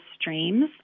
streams